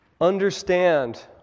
understand